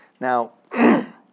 Now